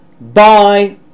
Bye